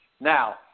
Now